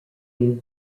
gave